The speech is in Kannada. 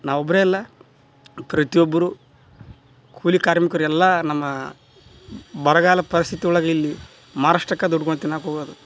ನಾವು ಒಬ್ಬರೇ ಅಲ್ಲ ಪ್ರತಿಯೊಬ್ಬರು ಕೂಲಿ ಕಾರ್ಮಿಕರು ಎಲ್ಲ ನಮ್ಮ ಬರಗಾಲ ಪರಿಸ್ಥಿತಿ ಒಳಗೆ ಇಲ್ಲಿ ಮಾರಾಷ್ಟ್ರಕ್ಕೆ ದುಡ್ಕೊಂಡು ತಿನ್ನಕ್ಕೆ ಹೋಗದು